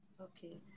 Okay